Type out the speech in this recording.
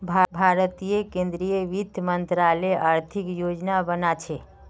भारतीय केंद्रीय वित्त मंत्रालय आर्थिक योजना बना छे